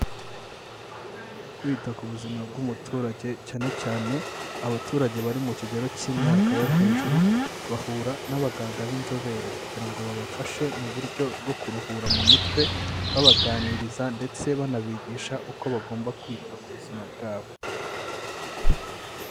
Kwita ku buzima bw'umuturage cyane cyane abaturage bari mu kigero cy'imyaka yo hejuru bahura n'abaganga b'inzobere kugira ngo babafashe mu buryo bwo kuruhura mu mutwe, babaganiriza ndetse banabigisha uko bagomba kwita ku buzima bwabo.